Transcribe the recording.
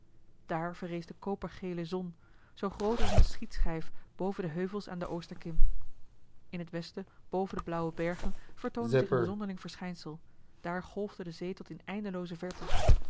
daar verrees de kopergele zon zoo groot als een schietschijf boven de heuvels aan de oosterkim in het westen boven de blauwe bergen vertoonde zich een zonderling verschijnsel daar golfde de zee tot in eindelooze verte